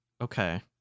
okay